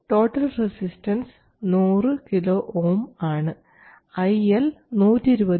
total resistance 100 KΩ ആണ്